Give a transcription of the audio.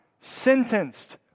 sentenced